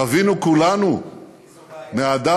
רווינו כולנו מהדם.